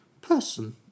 person